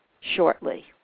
shortly